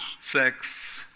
Sex